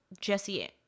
Jesse